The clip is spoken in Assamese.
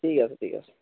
ঠিক আছে ঠিক আছে